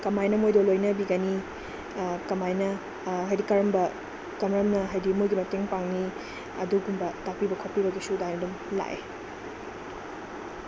ꯀꯃꯥꯏꯅ ꯃꯣꯏꯗꯣ ꯂꯣꯏꯅꯕꯤꯒꯅꯤ ꯀꯃꯥꯏꯅ ꯍꯥꯏꯗꯤ ꯀꯔꯝꯕ ꯀꯔꯝꯅ ꯍꯥꯏꯗꯤ ꯃꯣꯏꯒꯤ ꯃꯇꯦꯡ ꯄꯥꯡꯅꯤ ꯑꯗꯨꯒꯨꯝꯕ ꯇꯥꯛꯄꯤꯕ ꯈꯣꯠꯄꯤꯕꯒꯤꯁꯨ ꯑꯗꯥꯏꯅ ꯑꯗꯨꯝ ꯂꯥꯛꯑꯦ